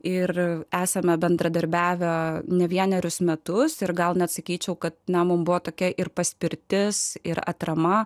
ir esame bendradarbiavę ne vienerius metus ir gauna atsakyčiau kad namo buvo tokia ir paspirtis ir atrama